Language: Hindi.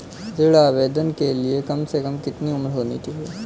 ऋण आवेदन के लिए कम से कम कितनी उम्र होनी चाहिए?